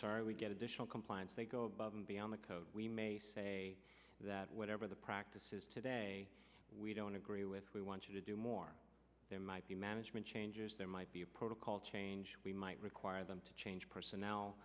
sorry we get additional compliance they go above and beyond the code we may say that whatever the practice is today we don't agree with we want you to do more there might be management changes there might be a protocol change we might require them to change personnel